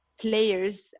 players